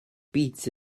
beats